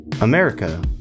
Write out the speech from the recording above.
America